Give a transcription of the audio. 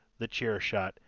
TheChairShot